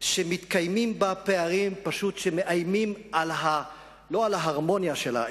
מתקיימים פערים שפשוט מאיימים לא על ההרמוניה שלה,